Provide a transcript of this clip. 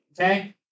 Okay